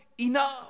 enough